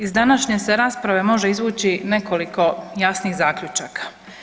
Iz današnje se rasprave može izvući nekoliko jasnih zaključaka.